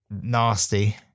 nasty